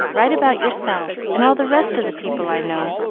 write about yourself, and all the rest of the people i know.